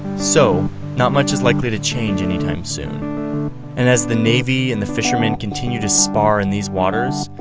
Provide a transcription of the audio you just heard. so not much is likely to change anytime soon and as the navy and the fishermen continue to spar in these waters,